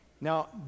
Now